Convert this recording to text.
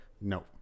No